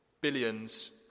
Billions